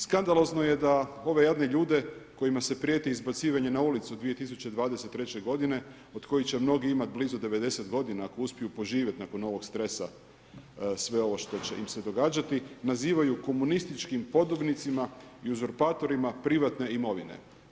Skandalozno je da ove jadne ljude kojima se prijeti izbacivanje na ulicu 2023. godine, od kojih će mnogi imati blizu 90 godina ako uspiju poživjeti nakon ovog stresa sve ovo što će im se događati, nazivaju komunističkim podobnicima i uzurpatorima privatne imovine.